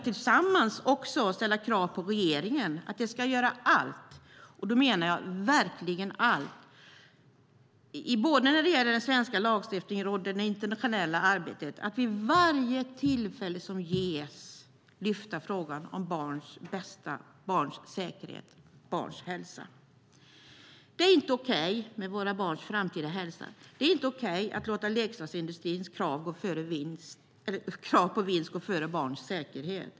Tillsammans kan vi också ställa krav på regeringen att den ska göra allt, och jag menar verkligen allt, både när det gäller den svenska lagstiftningen och i det internationella arbetet, genom att vid varje tillfälle som ges lyfta upp frågan om barns bästa, barns säkerhet och barns framtida hälsa. Det är inte okej att låta leksaksindustrins krav på vinst gå före barns säkerhet.